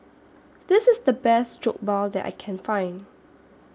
This IS The Best Jokbal that I Can Find